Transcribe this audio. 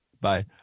Bye